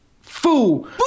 Fool